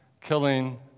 killing